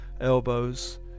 elbows